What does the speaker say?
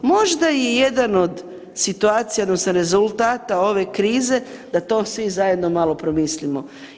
Možda i jedan od situacija odnosno rezultata ove krize da to svi zajedno malo promislimo.